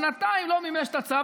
שנתיים לא מימש את הצו,